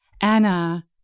Anna